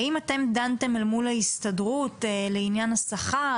האם אתם דנתם אל מול ההסתדרות לעניין השכר?